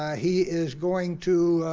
he is going to,